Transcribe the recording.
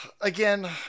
Again